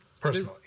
Personally